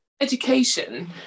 education